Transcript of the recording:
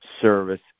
service